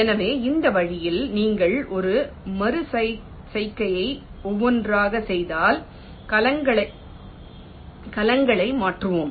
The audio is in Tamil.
எனவே இந்த வழியில் நீங்கள் ஒரு மறு செய்கையை ஒவ்வொன்றாகச் செய்தால் கலங்களை மாற்றுவோம்